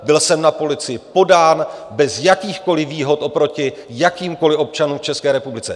Byl jsem na policii podán bez jakýchkoliv výhod oproti jakýmkoli občanům v České republice.